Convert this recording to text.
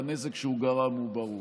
והנזק שהוא גרם הוא ברור.